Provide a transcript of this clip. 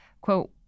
quote